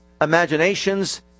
imaginations